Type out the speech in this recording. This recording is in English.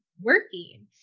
working